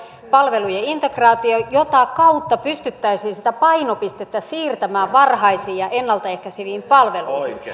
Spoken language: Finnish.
palvelujen integraatio jota kautta pystyttäisiin sitä painopistettä siirtämään varhaisiin ja ennalta ehkäiseviin palveluihin